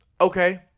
Okay